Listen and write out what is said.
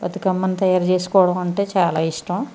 బతుకమ్మని తయారు చేసుకోవడమంటే చాలా ఇష్టం